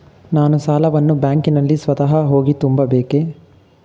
ನಾನು ಸಾಲವನ್ನು ಬ್ಯಾಂಕಿನಲ್ಲಿ ಸ್ವತಃ ಹೋಗಿ ತುಂಬಬೇಕೇ?